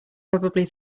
probably